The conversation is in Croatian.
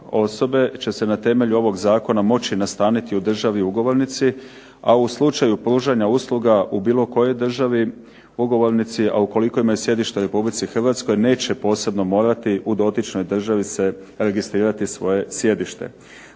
osobe će se na temelju ovog zakona moći nastaniti u državi ugovornici, a u slučaju pružanja usluga u bilo kojoj državi ugovornici, a ukoliko imaju sjedište u Republici Hrvatskoj neće posebno morati u dotičnoj državi se registrirati svoje sjedište.